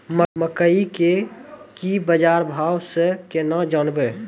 मकई के की बाजार भाव से केना जानवे?